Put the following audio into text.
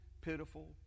pitiful